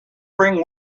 bring